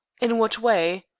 in what way?